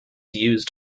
used